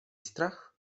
strach